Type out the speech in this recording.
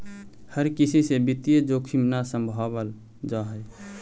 हर किसी से वित्तीय जोखिम न सम्भावल जा हई